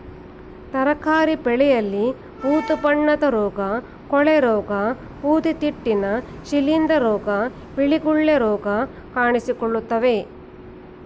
ತರಕಾರಿ ಬೆಳೆಯಲ್ಲಿ ಬೂದು ಬಣ್ಣದ ರೋಗ, ಕೊಳೆರೋಗ, ಬೂದಿತಿಟ್ಟುನ, ಶಿಲಿಂದ್ರ ರೋಗ, ಬಿಳಿ ಗುಳ್ಳೆ ರೋಗ ಕಾಣಿಸಿಕೊಳ್ಳುತ್ತವೆ